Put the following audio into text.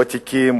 ותיקים,